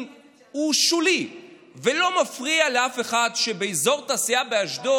הוא שולי ולא מפריע לאף אחד שבאזור התעשייה באשדוד